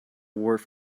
wharf